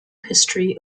history